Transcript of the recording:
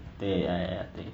ya ya ya ya I think